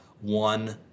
one